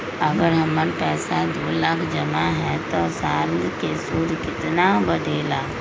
अगर हमर पैसा दो लाख जमा है त साल के सूद केतना बढेला?